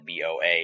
BOA